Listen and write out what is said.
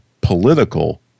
political